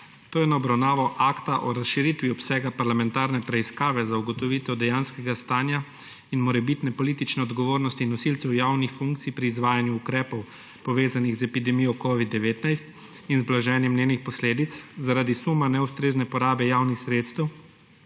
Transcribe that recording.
ne zmanjka dela tudi komisiji za parlamentarno preiskavo, ugotavljanje dejanskega stanja in morebitne politične odgovornosti nosilcev javnih funkcij pri izvajanju ukrepov, povezanih z epidemijo covida-19 in z blaženjem njenih posledic, zaradi suma neustrezne porabe javnih sredstev